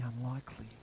unlikely